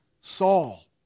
Saul